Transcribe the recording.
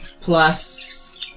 plus